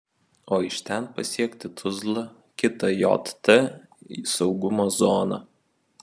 o iš ten pasiekti tuzlą kitą jt saugumo zoną